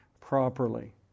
properly